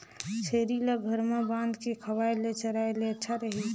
छेरी ल घर म बांध के खवाय ले चराय ले अच्छा रही?